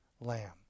lamb